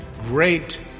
great